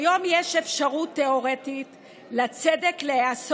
כיום יש אפשרות תיאורטית לצדק להיעשות